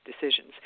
decisions